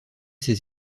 ses